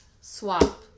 Swap